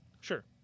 Sure